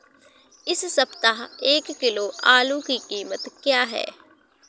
इस सप्ताह एक किलो आलू की कीमत क्या है?